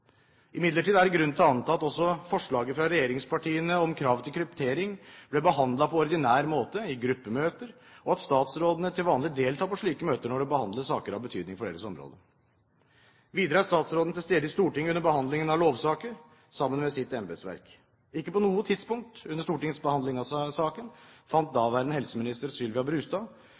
Imidlertid er det grunn til å anta at også forslaget fra regjeringspartiene om krav til kryptering ble behandlet på ordinær måte i gruppemøter, og at statsrådene vanligvis deltar på slike møter når det behandles saker av betydning for deres område. Videre er statsråden til stede i Stortinget under behandlingen av lovsaker, sammen med sitt embetsverk. Ikke på noe tidspunkt under Stortingets behandling av saken fant daværende helseminister Sylvia Brustad